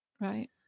Right